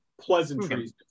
pleasantries